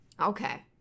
Okay